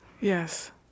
Yes